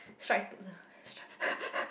strike to